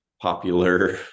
popular